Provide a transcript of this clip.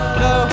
no